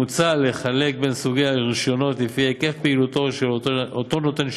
מוצע לחלק בין סוגי הרישיונות לפי היקף פעילותו של אותו נותן השירות.